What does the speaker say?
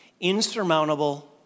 insurmountable